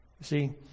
See